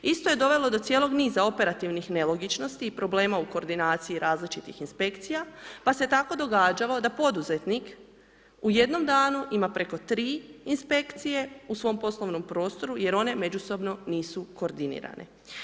Isto je dovelo do cijelog niza operativnih nelogičnosti i problema u koordinaciji različitih inspekcija pa se tako događalo da poduzetnik u jednom danu ima preko 3 inspekcije u svom poslovnom prostoru jer one međusobno nisu koordinirane.